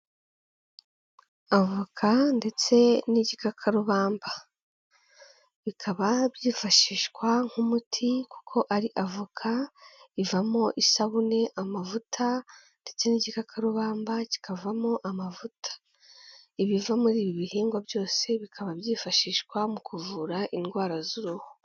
Avoka ndetse n'igikakarubamba, bikaba byifashishwa nk'umuti kuko ari avoka ivamo isabune, amavuta ndetse n'igikakarubamba kikavamo amavuta, ibiva muri ibi bihingwa byose bikaba byifashishwa mu kuvura indwara z'uruhu.